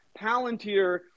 palantir